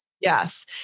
Yes